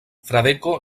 fradeko